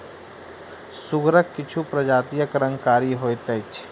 सुगरक किछु प्रजातिक रंग कारी होइत अछि